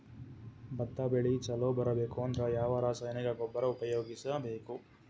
ಭತ್ತ ಬೆಳಿ ಚಲೋ ಬರಬೇಕು ಅಂದ್ರ ಯಾವ ರಾಸಾಯನಿಕ ಗೊಬ್ಬರ ಉಪಯೋಗಿಸ ಬೇಕು?